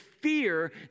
fear